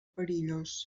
perillós